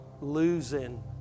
losing